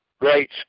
Great